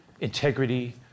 integrity